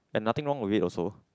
and nothing wrong with it also